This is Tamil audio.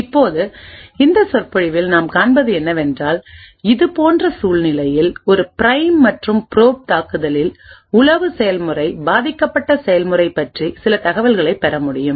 இப்போது இந்த சொற்பொழிவில் நாம் காண்பது என்னவென்றால் இது போன்ற சூழ்நிலையில் ஒரு பிரைம் மற்றும் ப்ரோப் தாக்குதலில் உளவு செயல்முறை பாதிக்கப்பட்ட செயல்முறை பற்றி சில தகவல்களைப் பெற முடியும்